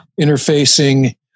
interfacing